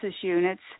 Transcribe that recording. units